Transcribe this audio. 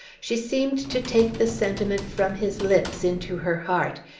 she seemed to take the sentiment from his lips into her heart,